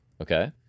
Okay